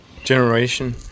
generation